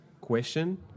question